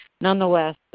nonetheless